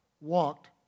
walked